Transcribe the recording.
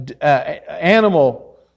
animal